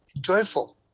joyful